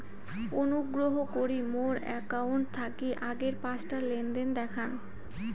অনুগ্রহ করি মোর অ্যাকাউন্ট থাকি আগের পাঁচটা লেনদেন দেখান